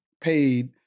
paid